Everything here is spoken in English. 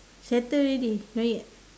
settle already no need ah